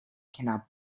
cannot